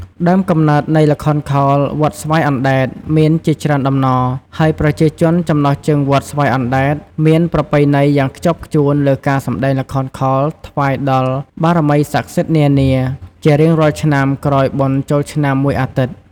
ដើមកំណើតនៃល្ខោនខោលវត្តស្វាយអណ្ដែត មានជាច្រើនតំណរ ហើយប្រជាជនចំណុះជើងវត្តស្វាយអណ្ដែត មានប្រពៃណីយ៉ាងខ្ជាប់ខ្ជួនលើការសម្ដែងល្ខោនខោលថ្វាយ ដល់បារមីស័ក្ដិសិទ្ធិនានា ជារៀងរាល់ឆ្នាំក្រោយបុណ្យចូលឆ្នាំ ១អាទិត្យ។